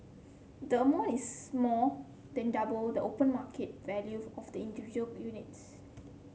the amount is more than double the open market value of the individual units